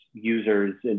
users